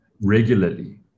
regularly